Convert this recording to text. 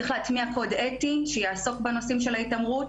צריך להטמיע קוד אתי שיעסוק בנושאים של ההתעמרות.